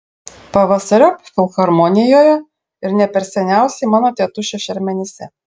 pavasariop filharmonijoje ir ne per seniausiai mano tėtušio šermenyse